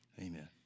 Amen